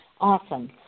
Awesome